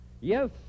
Yes